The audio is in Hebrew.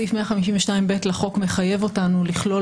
סעיף 152ב לחוק מחייב אותנו לכלול